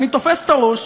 ואני תופס את הראש